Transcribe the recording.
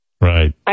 Right